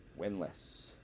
winless